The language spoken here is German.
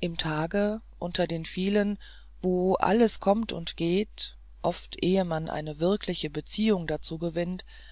im tage unter den vielen wo alles kommt und geht oft ehe man eine wirkliche beziehung dazu gewinnt